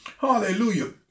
Hallelujah